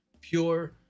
pure